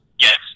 Yes